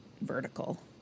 vertical